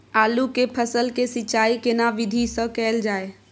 आलू के फसल के सिंचाई केना विधी स कैल जाए?